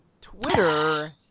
Twitter